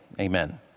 Amen